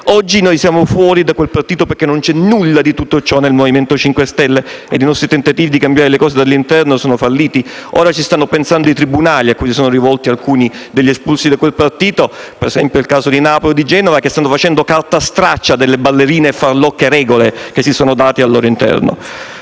Oggi noi siamo fuori da quel partito, perché non c'è nulla di tutto ciò nel Movimento 5 Stelle, e i nostri tentativi di cambiare le cose dall'interno sono falliti. Ora ci stanno pensando i tribunali, a cui si sono rivolti alcuni degli espulsi da quel partito, ad esempio quelli di Napoli e di Genova, che stanno facendo carta straccia delle ballerine e farlocche regole che si sono date al loro interno.